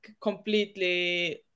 completely